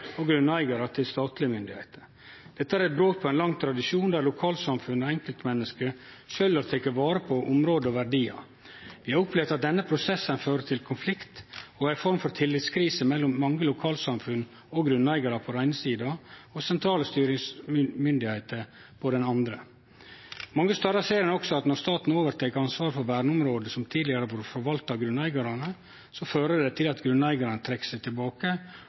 og grunneigarar til statlege myndigheiter. Dette er eit brot på ein lang tradisjon der lokalsamfunn og enkeltmenneske sjølv har teke vare på område og verdiar. Vi har opplevd at denne prosessen fører til konflikt og ei form for tillitskrise mellom mange lokalsamfunn og grunneigarar på den eine sida og sentrale styringsmyndigheiter på den andre. Mange stader ser ein også at når staten overtek ansvaret for verneområde som tidlegare har vore forvalta av grunneigarar, fører det til at grunneigarane trekkjer seg tilbake